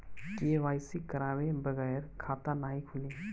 KYC करवाये बगैर खाता नाही खुली?